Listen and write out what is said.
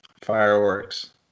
Fireworks